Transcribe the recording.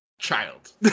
Child